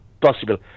possible